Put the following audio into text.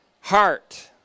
Heart